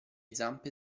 zampe